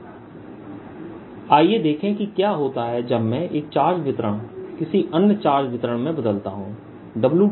W114π0121rV1rdV121rV1surfacerds आइए देखें कि क्या होता है जब मैं एक चार्ज वितरण किसी अन्य चार्ज वितरण में बदलता हूं